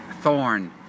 thorn